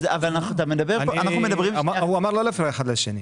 אבל אנחנו מדברים --- אבל הוא אמר לא להפריע אחד לשני.